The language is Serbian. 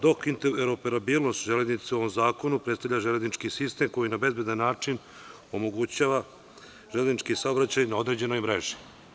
Dok interoperabilnost železnice u ovom zakonu predstavalja železnički sistem koji nam na bezbedan način omogućava železnički saobraćaj na određenoj mreži.